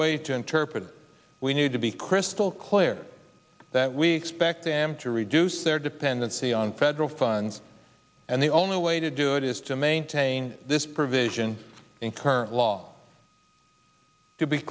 way to interpret it we need to be crystal clear that we expect them to reduce their dependency on federal funds and the only way to do it is to maintain this provision in current law to be